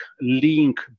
link